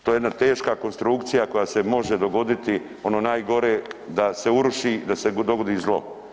To je jedna teška konstrukcija koja se može dogoditi ono najgore, da se uruši da se dogodi zlo.